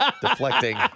Deflecting